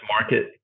market